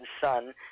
Son